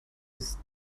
ist